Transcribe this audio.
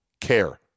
care